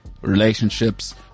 relationships